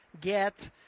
get